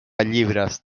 llibres